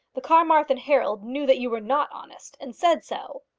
the carmarthen herald knew that you were not honest and said so.